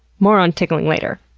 more on tickling later.